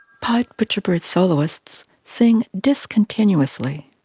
pied butcherbird soloists sing discontinuously.